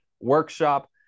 workshop